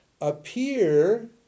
appear